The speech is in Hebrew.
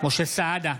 משה סעדה,